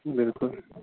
بِلکُل